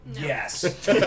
Yes